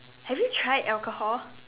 have you tried alcohol